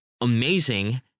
amazing